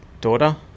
daughter